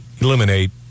eliminate